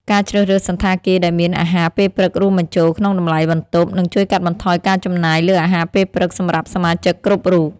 ការជ្រើសរើសសណ្ឋាគារដែលមានអាហារពេលព្រឹករួមបញ្ចូលក្នុងតម្លៃបន្ទប់ នឹងជួយកាត់បន្ថយការចំណាយលើអាហារពេលព្រឹកសម្រាប់សមាជិកគ្រប់រូប។